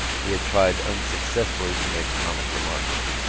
he had tried unsuccessfully to make comic remarks.